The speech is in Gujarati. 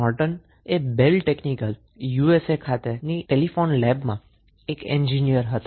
નોર્ટનએ બેલ ટેકનીકલ USA ખાતેની ટેલીફોન લેબ માં એક એંજીન્યર હતા